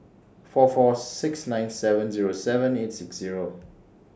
four four six nine seven Zero seven eight six Zero